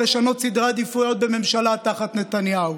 לשנות סדרי עדיפויות בממשלה תחת נתניהו.